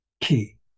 key